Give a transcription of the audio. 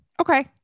okay